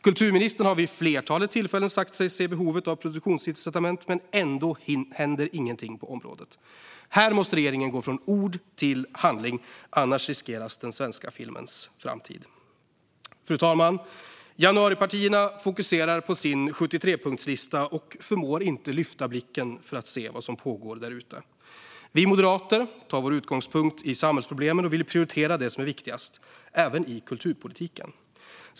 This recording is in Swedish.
Kulturministern har vid ett flertal tillfällen sagt sig se behovet av produktionsincitament, men ändå händer ingenting på området. Här måste regeringen gå från ord till handling, annars riskeras den svenska filmens framtid. Fru talman! Januaripartierna fokuserar på sin 73-punktslista och förmår inte lyfta blicken för att se vad som pågår där ute. Vi moderater tar vår utgångspunkt i samhällsproblemen och vill prioritera det som är viktigast, även i kulturpolitiken.